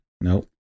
Nope